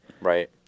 Right